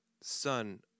son